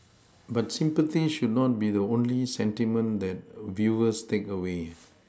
but sympathy should not be the only sentiment that viewers take away